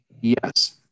Yes